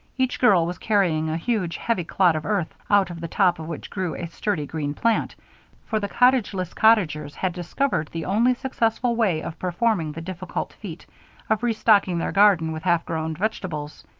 each girl was carrying a huge, heavy clod of earth, out of the top of which grew a sturdy green plant for the cottageless cottagers had discovered the only successful way of performing the difficult feat of restocking their garden with half-grown vegetables.